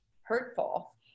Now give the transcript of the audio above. hurtful